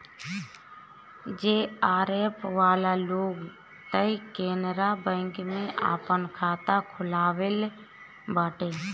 JRF वाला लोग तअ केनरा बैंक में आपन खाता खोलववले बाटे